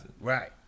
Right